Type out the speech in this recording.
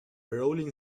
rolling